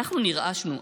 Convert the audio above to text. נרעשנו.